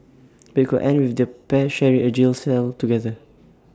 but IT could end with the pair sharing A jail cell together